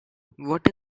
what